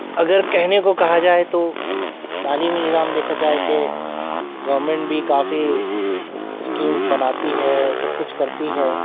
اگر کہنے کو کہا جائے تو تعلیمی نظام دیکھا جائے کہ گورنمنٹ بھی کافی اسکیمس بناتی ہے سب کچھ کرتی ہے